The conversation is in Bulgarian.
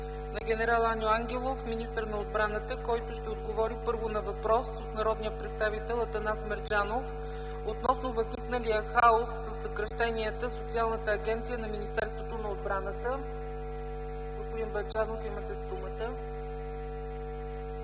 на генерал Аню Ангелов – министър на отбраната, който първо ще отговори на въпрос от народния представител Атанас Мерджанов относно възникналия хаос със съкращенията в Социалната агенция на Министерството на отбраната. Господин Мерджанов, имате думата.